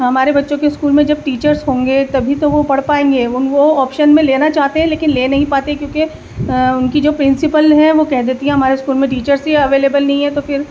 ہمارے بچوں کے اسکول میں جب ٹیچرس ہوں گے تبھی تو وہ پڑھ پائیں گے وہ آپشن میں لینا چاہتے ہیں لیکن لے نہیں پاتے کیوں کہ ان کی جو پرنسپل ہیں وہ کہہ دیتی ہیں ہمارے اسکول میں ٹیچرس ہی اویلیبل نہیں ہیں تو پھر